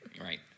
Right